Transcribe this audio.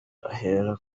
ahera